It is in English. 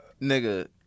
Nigga